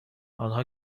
آنها